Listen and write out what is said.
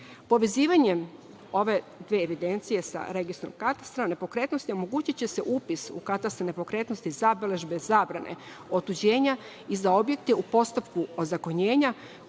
Povezivanjem ove dve evidencije sa Registrom katastra nepokretnosti omogućiće se upis u katastar nepokretnosti zabeležbe, zabrane otuđenja i za objekte u postupku ozakonjenja